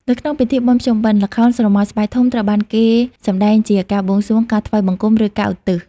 នៅក្នុងពិធីបុណ្យភ្ជុំបិណ្ឌ ល្ខោនស្រមោលស្បែកធំ ត្រូវបានគេសម្តែងជាការ បួងសួង ការថ្វាយបង្គំ ឬការឧទ្ទិស។